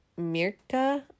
Mirka